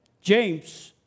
James